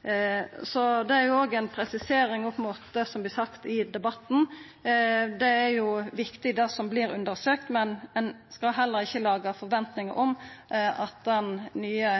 Det er òg ei presisering opp mot det som vert sagt i debatten. Det er viktig, det som vert undersøkt, men ein skal heller ikkje laga forventningar om at den nye